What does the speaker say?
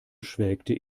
schwelgte